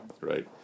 right